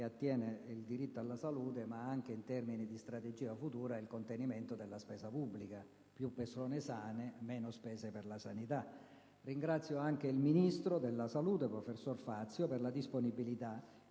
attiene al diritto alla salute ma anche, in termini di strategia futura, al contenimento della spesa pubblica: più persone sane significano meno spese per la sanità. Ringrazio anche il Ministro della salute, professor Fazio, per la disponibilità